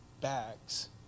bags